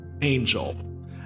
angel